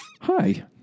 Hi